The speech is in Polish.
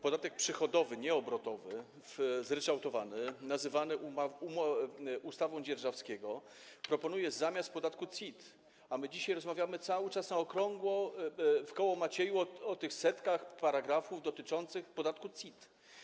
Podatek przychodowy, nie obrotowy, zryczałtowany, nazywany ustawą Dzierżawskiego, proponuje się zamiast podatku CIT, a my dzisiaj rozmawiamy cały czas na okrągło, w koło Macieju, o tych setkach paragrafów dotyczących podatku CIT.